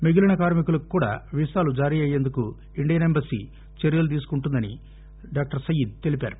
మిగిలీన కార్మికుల కు కూడా వీసాలు జారీ అయ్యేందుకు ఇండియన్ ఎంబసీ చర్యలు తీసుకుకుంటుందని డాక్టర్ సయ్యాద్ తెలిపారు